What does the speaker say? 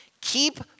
Keep